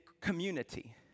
community